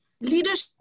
Leadership